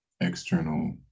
external